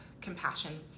compassion